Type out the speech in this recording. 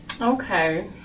Okay